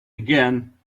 again